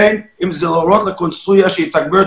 בין אם זה להורות לקונסוליה שיתגברו את